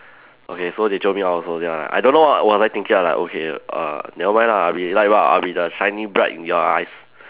okay so they jio me out also then I like I don't know what was I thinking I like okay err never mind lah I be light bulb I'll be the shiny bright in your eyes